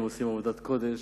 הם עושים עבודת קודש